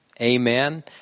Amen